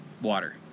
water